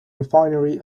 refinery